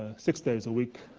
six days a week,